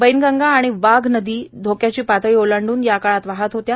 वैनगंगा आणि बाघ नदी धोक्याची पातळी ओलांडून याकाळात वाहत होत्या